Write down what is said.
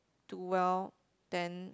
do well then